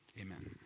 amen